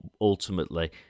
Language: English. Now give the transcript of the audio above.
ultimately